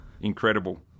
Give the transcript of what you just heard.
Incredible